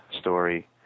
story